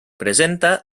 presenta